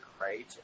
right